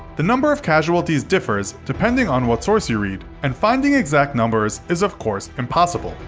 the number of casualties differs, depending on what source you read, and finding exact numbers is, of course, impossible.